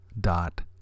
Dot